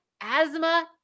asthma